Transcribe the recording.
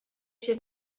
się